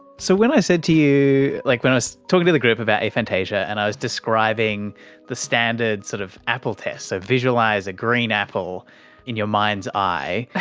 so when i said to you, like when i was talking to the group about aphantasia and i was describing the standard sort of apple test, so visualise a green apple in your mind's eye,